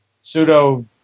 pseudo